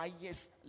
highest